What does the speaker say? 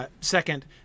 Second